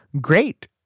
great